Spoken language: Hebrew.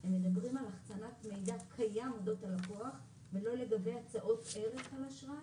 הם מדברים על החצנת מידע קיים אודות הלקוח ולא לגבי הצעות ערך על אשראי,